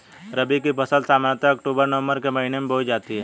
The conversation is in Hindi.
रबी की फ़सल सामान्यतः अक्तूबर नवम्बर के महीने में बोई जाती हैं